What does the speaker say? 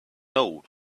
note